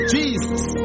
Jesus